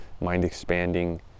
mind-expanding